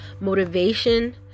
motivation